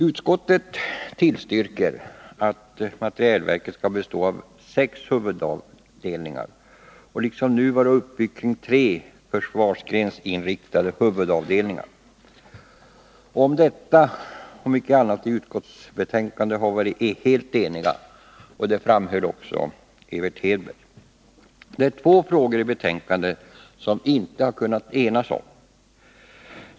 Utskottet tillstyrker att materielverket skall bestå av sex huvudavdelningar och liksom nu vara uppbyggt kring tre försvarsgrensinriktade huvudavdelningar. Om detta och mycket annat är vi helt eniga i utskottsbetänkandet. Det framhöll också Evert Hedberg. Det är två frågor som vi inte har kunnat enas om.